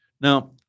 Now